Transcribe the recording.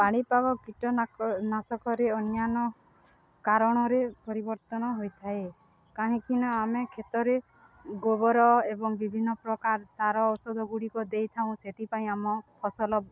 ପାଣିପାଗ କୀଟନାଶକରେ ଅନ୍ୟାନ୍ୟ କାରଣରେ ପରିବର୍ତ୍ତନ ହୋଇଥାଏ କାହିଁକିନା ଆମେ କ୍ଷେତରେ ଗୋବର ଏବଂ ବିଭିନ୍ନ ପ୍ରକାର ସାର ଔଷଧ ଗୁଡ଼ିକ ଦେଇଥାଉ ସେଥିପାଇଁ ଆମ ଫସଲ